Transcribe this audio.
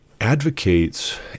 advocates